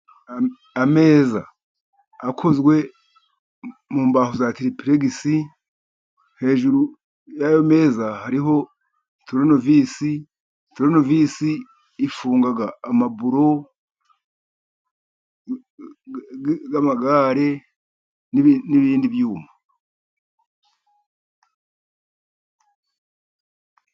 Ameza akozwe mu mbahu za tlipregisi. Hejuru y'ayo meza hariho tronovise. Tronovise ifunga amabulo, amagare n' ibindi byuma.